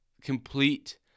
complete